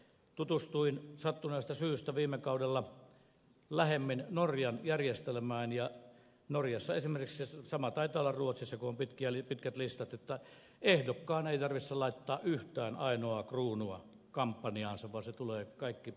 tutustuin sattuneesta syystä viime kaudella lähemmin norjan järjestelmään ja norjassa esimerkiksi sama taitaa olla ruotsissa kun on pitkät listat ehdokkaan ei tarvitse laittaa yhtään ainoaa kruunua kampanjaansa vaan se kaikki tulee puolueelta